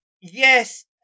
Yes